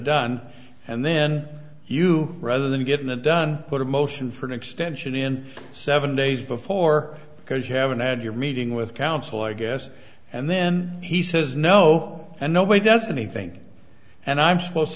done and then you rather than getting that done put a motion for an extension in seven days before because you haven't had your meeting with counsel i guess and then he says no and nobody does anything and i'm supposed